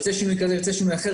ירצה שינוי אחר,